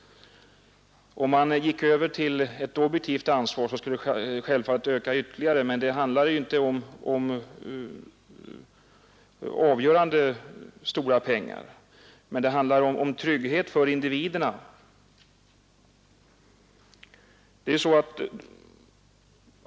Vid övergång till ett objektivt ansvar skulle kostnaderna självfallet öka ytterligare, dock inte i avgörande utsträckning. Det handlar dock om tryggheten för individerna.